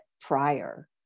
prior